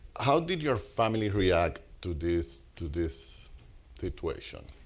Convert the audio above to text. how did your family react to this to this situation?